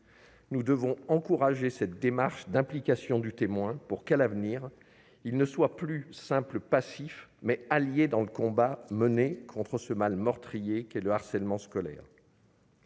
Nous devons encourager cette démarche d'implication du témoin pour qu'à l'avenir il ne soit plus simplement passif, mais qu'il devienne un allié dans le combat mené contre ce mal meurtrier qu'est le harcèlement scolaire.